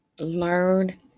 learn